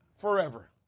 forever